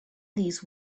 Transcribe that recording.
these